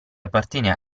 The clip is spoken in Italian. appartiene